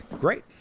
great